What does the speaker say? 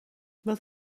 wat